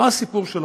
מה הסיפור שלכם?